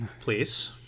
Please